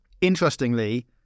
Interestingly